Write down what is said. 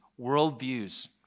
worldviews